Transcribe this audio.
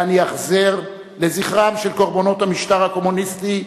ולהניח זר לזכרם של קורבנות המשטר הקומוניסטי,